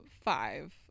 five